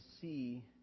see